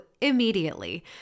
immediately